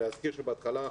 להזכיר שבהתחלה,